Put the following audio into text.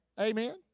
Amen